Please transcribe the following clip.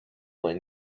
when